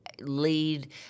lead